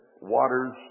waters